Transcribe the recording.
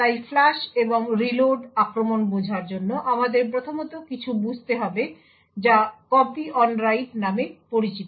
তাই ফ্লাশ এবং রিলোড আক্রমণ বোঝার জন্য আমাদের প্রথমত কিছু বুঝতে হবে যা কপি অন রাইট নামে পরিচিত